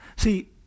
See